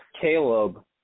Caleb